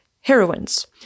heroines